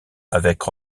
avec